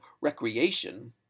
recreation